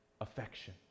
affection